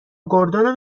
گردن